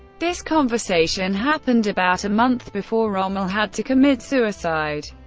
this conversation happened about a month before rommel had to commit suicide.